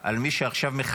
אם זה חל על מי שעכשיו מכהן,